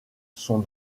sont